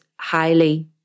Highly